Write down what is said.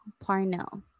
Parnell